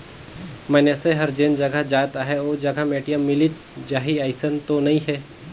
मइनसे हर जेन जघा जात अहे ओ जघा में ए.टी.एम मिलिच जाही अइसन तो नइ हे